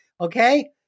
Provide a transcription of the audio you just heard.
Okay